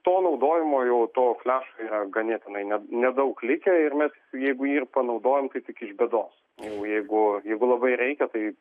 to naudojimo jau to fliaš yra ganėtinai ne nedaug likę ir net jeigu jį ir panaudojam tai tik iš bėdos o jeigu jeigu labai reikia tai